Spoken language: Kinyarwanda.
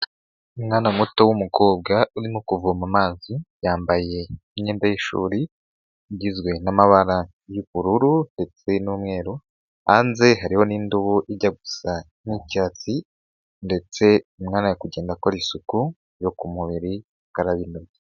Umwana muto w'umukobwa urimo kuvoma amazi, yambaye imyenda y'ishuri, igizwe n'amabara y'ubururu ndetse n'umweru, hanze hariho n'indubo ijya gusa nk'icyatsi ndetse umwana ari kugenda akora isuku yo ku mubiri akaraba intoki.